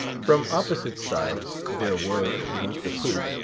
from opposite sides, there were, beneath the poop,